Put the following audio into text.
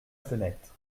fenêtre